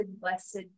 blessed